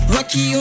Rocky